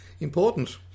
important